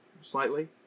slightly